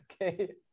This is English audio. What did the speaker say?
okay